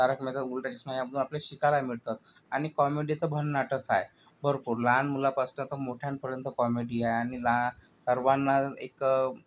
तारक मेहताचा उल्टा चष्मा यामधून आपल्याला शिकायला मिळतात आणि कॉमेडी तर भन्नाटच आहे भरपूर लहान मुलांपासनं ते मोठ्यांपर्यंत कॉमेडी आहे आणि लहा सर्वांना एक